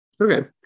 Okay